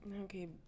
Okay